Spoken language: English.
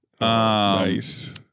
Nice